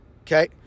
Okay